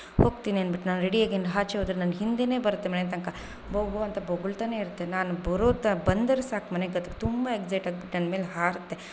ಹೋಗ್ತೀನಿ ಅಂದ್ಬಿಟ್ಟು ನಾನು ರೆಡಿ ಆಗಿ ನಾನು ಆಚೆ ಹೋದರೆ ನನ್ನ ಹಿಂದೆನೇ ಬರುತ್ತೆ ಮನೆ ತನಕ ಬೌ ಬೌ ಅಂತ ಬೊಗಳ್ತಾನೆ ಇರುತ್ತೆ ನಾನು ಬರೋ ತ ಬಂದರೆ ಸಾಕು ಮನೇಗದು ತುಂಬ ಎಗ್ಸೈಟ್ ಆಗ್ಬಿಡ್ತಾ ನನ್ನ ಮೇಲೆ ಹಾರುತ್ತೆ